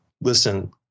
listen